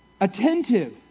attentive